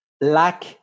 lack